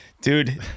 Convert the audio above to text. Dude